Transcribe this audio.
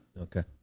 okay